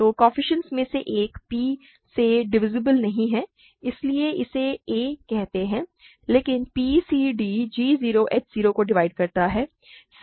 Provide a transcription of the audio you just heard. तो कोएफ़िशिएंट्स में से एक p से डिवीसीब्ल नहीं है इसलिए इसे a कहते हैं लेकिन p c d g 0 h 0 को डिवाइड करता है